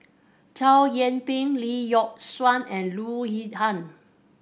Chow Yian Ping Lee Yock Suan and Loo Zihan